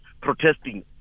protesting